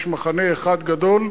יש מחנה אחד גדול,